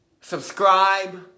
subscribe